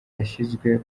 yashyizwe